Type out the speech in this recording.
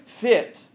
fit